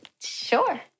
Sure